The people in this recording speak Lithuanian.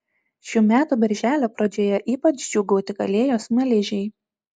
šių metų birželio pradžioje ypač džiūgauti galėjo smaližiai